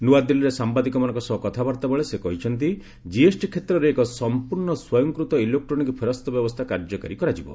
ନୂଆଦିଲ୍ଲୀରେ ସାମ୍ବାଦିକମାନଙ୍କ ସହ କଥାବାର୍ତ୍ତାବେଳେ ସେ କହିଛନ୍ତି କିଏସ୍ଟି କ୍ଷେତ୍ରରେ ଏକ ସମ୍ପର୍ଣ୍ଣ ସ୍ୱୟଂକୂତ ଇଲେକ୍ଟ୍ରୋନିକ୍ ଫେରସ୍ତ ବ୍ୟବସ୍ଥା କାର୍ଯ୍ୟକାରୀ କରାଯିବ